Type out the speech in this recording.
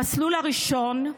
המסלול הראשון,